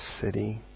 city